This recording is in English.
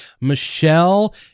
Michelle